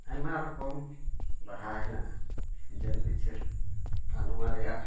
ᱟᱭᱢᱟ ᱨᱚᱠᱚᱢ ᱵᱟᱦᱟ ᱦᱮᱱᱟᱜᱼᱟ ᱡᱚᱱ ᱯᱤᱪᱷᱩ ᱟᱨ ᱱᱚᱣᱟ ᱨᱮᱭᱟᱜ